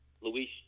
Luis